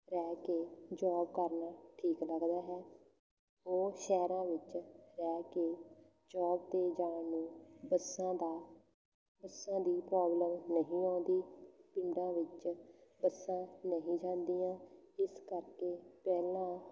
ਰਹਿ ਕੇ ਜੋਬ ਕਰਨਾ ਠੀਕ ਲੱਗਦਾ ਹੈ ਉਹ ਸ਼ਹਿਰਾਂ ਵਿੱਚ ਰਹਿ ਕੇ ਜੋਬ 'ਤੇ ਜਾਣ ਨੂੰ ਬੱਸਾਂ ਦਾ ਬੱਸਾਂ ਦੀ ਪ੍ਰੋਬਲਮ ਨਹੀਂ ਆਉਂਦੀ ਪਿੰਡਾਂ ਵਿੱਚ ਬੱਸਾਂ ਨਹੀਂ ਜਾਂਦੀਆਂ ਇਸ ਕਰਕੇ ਪਹਿਲਾਂ